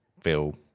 feel